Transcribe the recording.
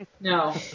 No